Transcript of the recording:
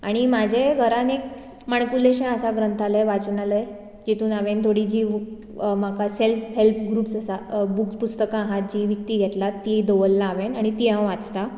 आनी म्हजें घरान एक माणकुलेंशें आसा ग्रंथालय वाचनालय तातून हांवें थोडीं जीं व्हू म्हाका सॅल्फ हॅल्प ग्रुप्स आसा बूक पुस्तकां आसात जीं विक्तीं घेतलात तीं दवरल्यां हांवें आनी तीं हांव वाचतां